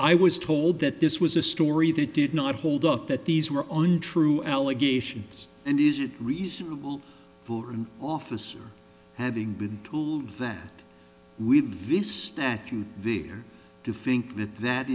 i was told that this was a story that did not hold up that these were on true allegations and is it reasonable for an officer having been told that with this statute there to think that that